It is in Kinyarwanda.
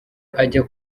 ajya